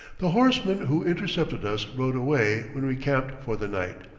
the horseman who intercepted us rode away when we camped for the night.